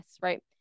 Right